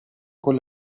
con